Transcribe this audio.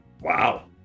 Wow